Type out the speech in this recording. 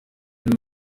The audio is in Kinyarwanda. film